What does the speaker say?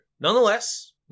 Nonetheless